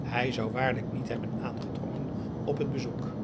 hij zou waarlijk niet hebben aangedrongen op het bezoek